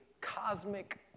cosmic